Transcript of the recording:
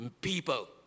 people